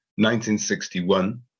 1961